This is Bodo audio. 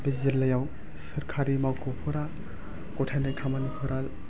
बे जिल्लायाव सरकारि मावख'फोरा गथायनाय खामानिफोराव